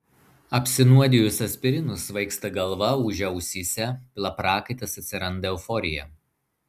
apsinuodijus aspirinu svaigsta galva ūžia ausyse pila prakaitas atsiranda euforija